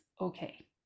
okay